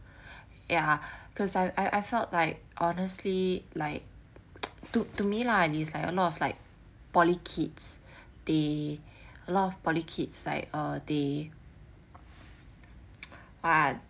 ya cause I I felt like honestly like to to me lah is like a lot of like poly kids they a lot of poly kids like uh they ah